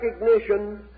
recognition